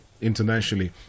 internationally